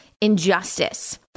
injustice